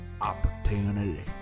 Opportunity